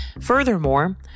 Furthermore